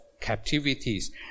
captivities